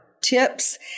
tips